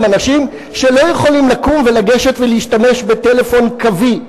אנשים שלא יכולים לקום ולגשת להשתמש בטלפון קווי,